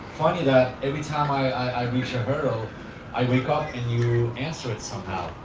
funny that, every time i i reach a hurdle i wake up and you answer it somehow.